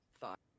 thought